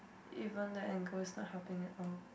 even that angle is not happening at all